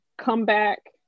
comeback